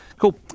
Cool